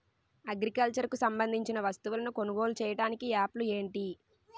Agriculture కు సంబందించిన వస్తువులను కొనుగోలు చేయటానికి యాప్లు ఏంటి?